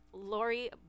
Lori